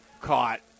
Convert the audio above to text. caught